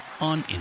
on